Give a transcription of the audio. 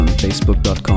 facebook.com